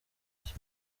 mijyi